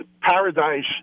paradise